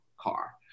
car